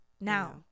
now